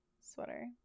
sweater